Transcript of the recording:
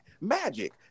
Magic